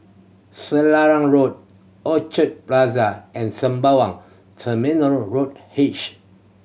Selarang Road Orchard Plaza and Sembawang Terminal Road H